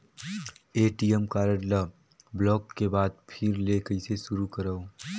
ATM card ल block के बाद फिर ले कइसे शुरू करव?